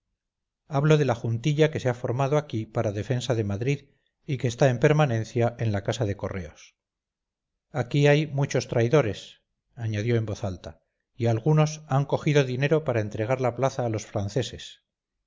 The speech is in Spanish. hablo de la juntilla que se ha formado aquí para la defensa de madrid y que está en permanencia en la casa de correos aquí hay muchos traidores añadió en voz alta y algunos han cogido dinero para entregar la plaza a los franceses